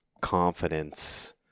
confidence